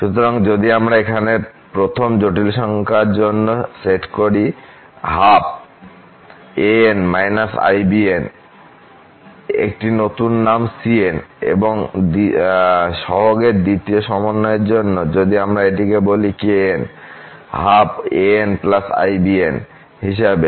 সুতরাং যদি আমরা এখানে প্রথম জটিল সংখ্যার জন্য সেট করি 12 একটি নতুন নাম cn এবং সহগের দ্বিতীয় সমন্বয়ের জন্য যদি আমরা এটিকে বলি kn 12 anibn হিসাবে